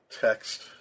text